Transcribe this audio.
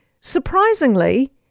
surprisingly